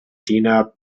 dina